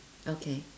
okay